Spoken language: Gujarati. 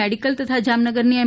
મેડીકલ તથા જામનગરની એમ